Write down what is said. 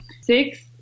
six